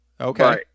okay